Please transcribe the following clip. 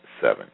seven